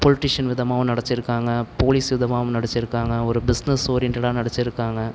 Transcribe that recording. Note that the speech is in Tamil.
பொல்டீசியன் விதமாகவும் நடிச்சிருக்காங்க போலீஸ் விதமாகவும் நடிச்சிருக்காங்க ஒரு பிஸ்னஸ் ஓரியண்டடாக நடிச்சிருக்காங்க